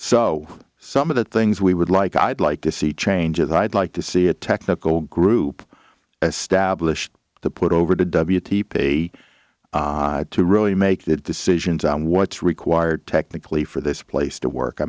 so some of the things we would like i'd like to see changes i'd like to see a technical group established the put over the w t pay to really make the decisions on what's required technically for this place to work i